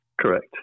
Correct